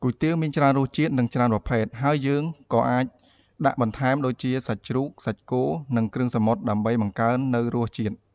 គុយទាវមានច្រើនរសជាតិ និងច្រើនប្រភេទ ហើយយើងក៏អាចដាក់បន្ថែមដូចជា សាច់ជ្រូក សាច់គោ និងគ្រឿងសមុទ្រដើម្បីបង្កើននៅរសជាតិ។